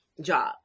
job